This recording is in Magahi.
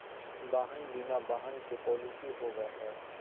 वाहन बीमा वाहन के पॉलिसी हो बैय हइ